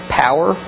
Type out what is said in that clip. power